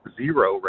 zero